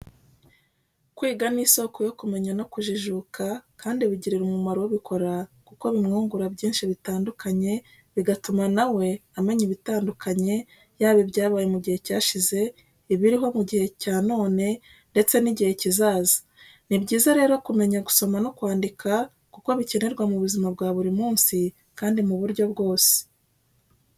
Kwiga ni isoko yo kumenya no kujijuka kandi bigirira umumaro ubikora kuko bimwungura byinshi bitandukanye bigatuma na we amenya ibitandukanye, yaba ibyabaye mu gihe cyashize, ibiriho mu gihe cya none ndetse n'igihe kizaza. Ni byiza rero kumenya gusoma no kwandika kuko bikenerwa mu buzima bwa buri munsi kandi mu buryo bwose.